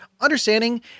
understanding